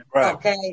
Okay